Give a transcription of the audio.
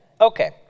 Okay